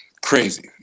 crazy